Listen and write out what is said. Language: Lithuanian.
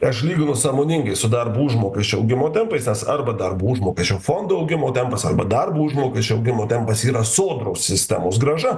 aš lyginu sąmoningai su darbo užmokesčio augimo tempais nes arba darbo užmokesčio fondo augimo tempas arba darbo užmokesčio augimo tempas yra sodros sistemos grąža